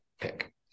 pick